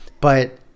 But-